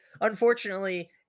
unfortunately